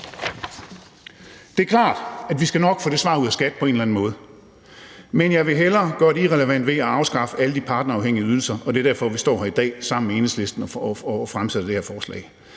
Det er klart, at vi nok skal få det svar ud af skattevæsenet på en eller anden måde, men jeg vil hellere gøre det irrelevant ved at afskaffe alle de partnerafhængige ydelser, og det er derfor, vi står her i dag sammen med Enhedslisten og fremsætter det her forslag.